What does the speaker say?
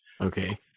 Okay